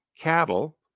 cattle